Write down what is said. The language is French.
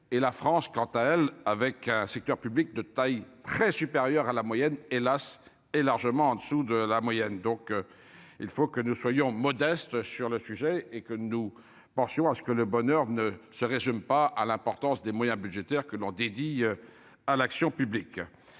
et la France, quant à elle avec un secteur public de taille très supérieur à la moyenne, hélas, est largement en dessous de la moyenne, donc il faut que nous soyons modestes sur le sujet et que nous pensions à ce que le bonheur ne se résume pas à l'importance des moyens budgétaires que l'on dédie à l'action publique